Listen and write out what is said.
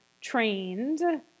trained